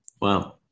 Wow